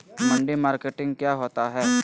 मंडी मार्केटिंग क्या होता है?